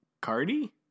Cardi